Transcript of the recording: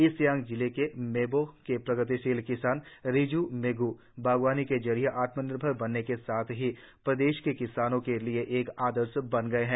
east Siang जिले के मेबो के प्रगतिशील किसान रिज् मेग् बागवानी के जरिये आत्मनिर्भर बनने के साथ ही प्रदेश के किसानों के लिये एक आदर्श बन गये हैं